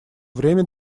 время